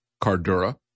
Cardura